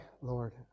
Lord